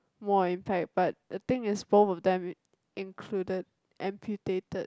more impact but the thing is both of them included amputated